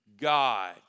God